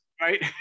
right